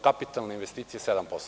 Kapitalne investicije su 7%